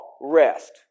rest